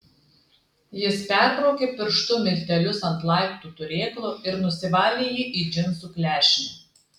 jis perbraukė pirštu miltelius ant laiptų turėklo ir nusivalė jį į džinsų klešnę